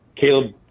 Caleb